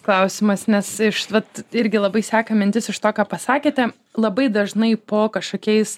klausimas nes iš vat irgi labai seka mintis iš to ką pasakėte labai dažnai po kažkokiais